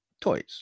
toys